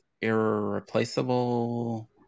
irreplaceable